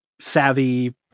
savvy